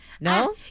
No